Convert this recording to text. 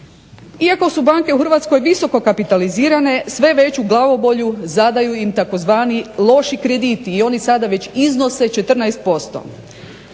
Iako su banke u Hrvatskoj visoko kapitalizirane, sve veću glavobolju zadaju im tzv. loši krediti i oni sada već iznose 14%.